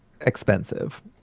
expensive